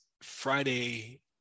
Friday